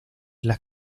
las